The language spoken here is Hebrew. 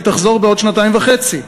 היא תחזור בעוד שנתיים וחצי,